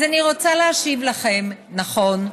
אז אני רוצה להשיב לכם: נכון,